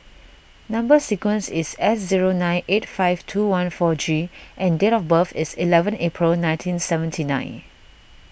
Number Sequence is S zero nine eight five two one four G and date of birth is eleven April nineteen seventy nine